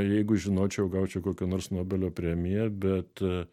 jeigu žinočiau gaučiau kokią nors nobelio premiją bet